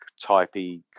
typey